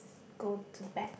go to back